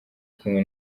kumwe